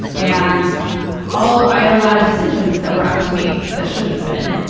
and all i had a lot of decisions that were up to me that shouldn't have been.